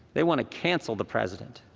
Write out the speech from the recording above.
they want to cancel the president.